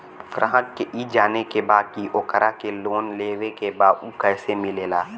ग्राहक के ई जाने के बा की ओकरा के लोन लेवे के बा ऊ कैसे मिलेला?